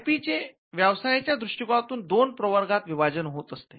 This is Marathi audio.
आ पी चे व्यवसायाच्या दृष्टीकोनातून दोन प्रवर्गात विभाजन होत असते